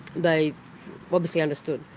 they obviously understood.